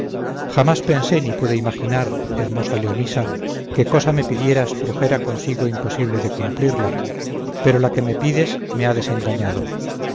jamás pensé ni pude imaginar hermosa leonisa que cosa que me pidieras trujera consigo imposible de cumplirla pero la que me pides me ha desengañado